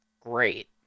great